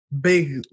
Big